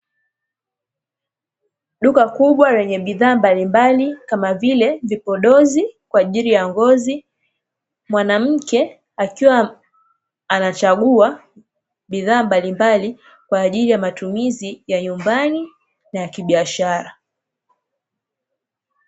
Duka kubwa lenye bidhaa mbalimbali kama vile vipodozi kwa ajili ya ngozi. Mwanamke akiwa anachagua bidhaa mbalimbali kwa ajili ya matumizi ya nyumbani na kibiashara.